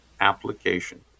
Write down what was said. application